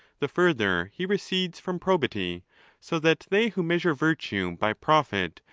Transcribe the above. the further he recedes from probity so that they who measure virtue by profit,